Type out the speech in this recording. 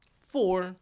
Four